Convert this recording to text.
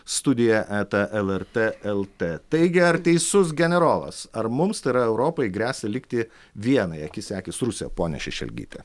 studija eta lrt lt taigi ar teisus generolas ar mums tai yra europai gresia likti vienai akis į akį su rusija ponia šešelgyte